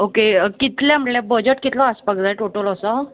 okay कितले म्हळ्यार budget कितलो आसपाक जाय टोटल असो